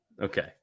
Okay